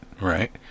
right